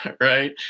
Right